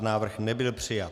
Návrh nebyl přijat.